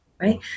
right